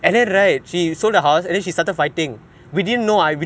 and then right she's so the house then she started fighting we didn't know I don't use sir house